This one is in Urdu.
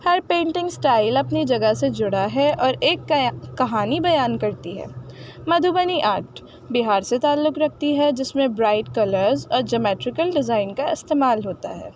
ہر پینٹنگ اسٹائل اپنی جگہ سے جڑا ہے اور ایک کیا کہانی بیان کرتی ہے مدھوبنی آرٹ بہار سے تعلق رکھتی ہے جس میں برائٹ کلرز اور جیومیٹریکل ڈیزائن کا استعمال ہوتا ہے